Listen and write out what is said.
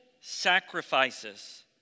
sacrifices